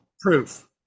proof